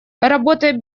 работая